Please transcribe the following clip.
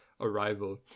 arrival